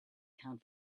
can’t